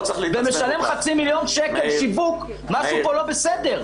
ומשלם חצי מיליון שקל שיווק - משהו פה לא בסדר.